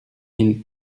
mille